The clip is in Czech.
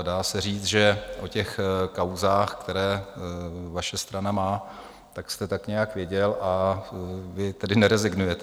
Dá se říct, že o těch kauzách, které vaše strana má, jste tak nějak věděl, a vy tedy nerezignujete.